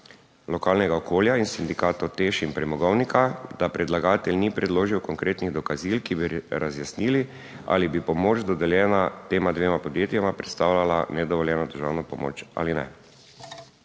lokalnega okolja in sindikatov TEŠ in premogovnika, da predlagatelj ni predložil konkretnih dokazil, ki bi razjasnili ali bi pomoč, dodeljena tema dvema podjetjema predstavljala nedovoljeno državno pomoč ali ne.